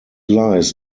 lies